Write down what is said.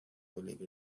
believe